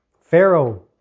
Pharaoh